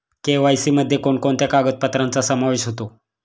KYC मध्ये कोणकोणत्या कागदपत्रांचा समावेश होतो?